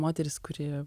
moteris kuri